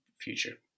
future